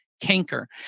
canker